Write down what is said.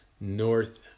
North